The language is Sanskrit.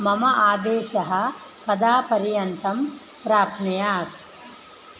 मम आदेशः कदा पर्यन्तं प्राप्नुयात्